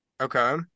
Okay